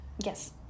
Yes